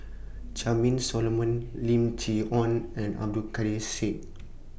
Charmaine Solomon Lim Chee Onn and Abdul Kadir Syed